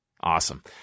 awesome